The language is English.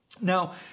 Now